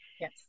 Yes